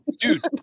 dude